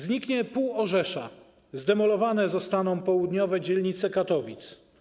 Zniknie pół Orzesza, zdemolowane zostaną południowe dzielnice Katowic.